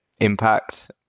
impact